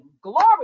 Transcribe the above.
glory